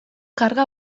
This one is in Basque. karga